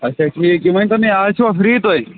اَچھا ٹھیٖک یہِ ؤنتو مےٚ آز چھِوا فرٛی تُہۍ